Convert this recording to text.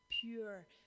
pure